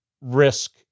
risk